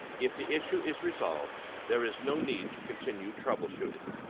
if the issue is resolved, there is no need to continue troubleshooting.